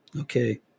Okay